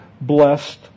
blessed